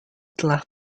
telah